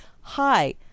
Hi